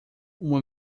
uma